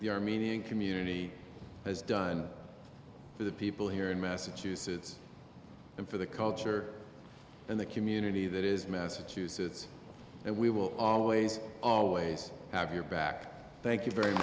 the armenian community has done for the people here in massachusetts and for the culture and the community that is massachusetts and we will always always have your back thank you very